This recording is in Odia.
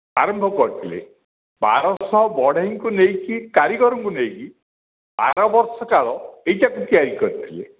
ଆରମ୍ଭ କରିଥିଲେ ବାରଶହ ବଢ଼େଇଙ୍କୁ ନେଇକି କାରିଗରଙ୍କୁ ନେଇକି ବାର ବର୍ଷ କାଳ ଏଇଟାକୁ ତିଆରି କରିଥିଲେ